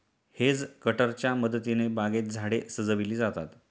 hedge कटरच्या मदतीने बागेत झाडे सजविली जातात